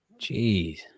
jeez